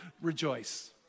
rejoice